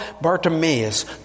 Bartimaeus